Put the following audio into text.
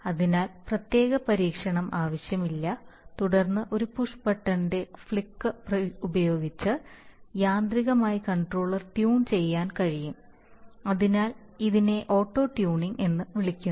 അതിനാൽ പ്രത്യേക പരീക്ഷണം ആവശ്യമില്ല തുടർന്ന് ഒരു പുഷ് ബട്ടണിന്റെ ഫ്ലിക്ക് ഉപയോഗിച്ച് യാന്ത്രികമായി കൺട്രോളർ ട്യൂൺ ചെയ്യാൻ കഴിയും അതിനാൽ ഇതിനെ ഓട്ടോ ട്യൂണിംഗ് എന്ന് വിളിക്കുന്നു